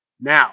Now